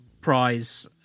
prize